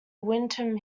windham